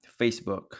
Facebook